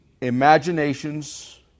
imaginations